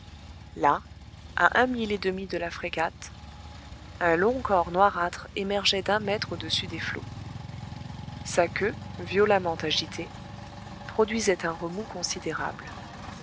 là à un mille et demi de la frégate un long corps noirâtre émergeait d'un mètre au-dessus des flots sa queue violemment agitée produisait un remous considérable